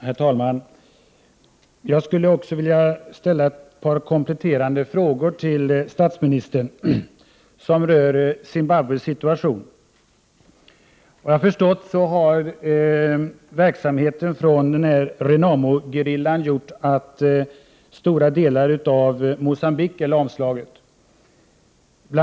Herr talman! Jag skulle vilja ställa ett par kompletterande frågor till statsministern som rör Zimbabwes situation. Såvitt jag har förstått har Renamo-gerillans verksamhet gjort att stora delar av Mogambique lamslagits.